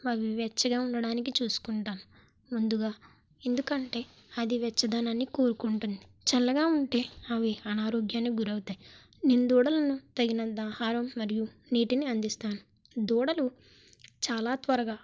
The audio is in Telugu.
అవి వెచ్చగా ఉండటానికి చూసుకుంటాను ముందుగా ఎందుకంటే అది వెచ్చదనాన్ని కోరుకుంటుంది చల్లగా ఉంటే అవి అనారోగ్యానికి గురవుతాయి నేను దూడలను తగినంత ఆహరం మరియు నీటిని అందిస్తాను దూడలు చాలా త్వరగా